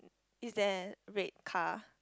is there a red car